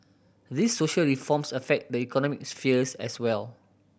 these social reforms affect the economic spheres as well